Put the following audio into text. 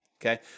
okay